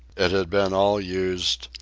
it had been all used,